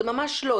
זה ממש לא.